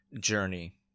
journey